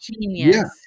genius